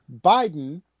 Biden